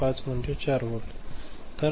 5 म्हणजे 4 व्होल्ट